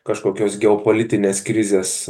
kažkokios geopolitinės krizės